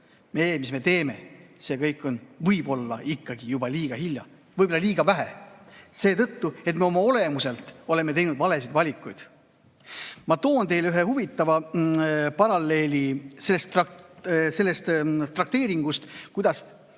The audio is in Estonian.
See, mis me teeme, see kõik on võib-olla ikkagi juba liiga hilja, võib-olla liiga vähe, seetõttu, et me oleme teinud olemuselt valesid valikuid. Ma toon teile ühe huvitava paralleeli sellest trakteeringust, kuidas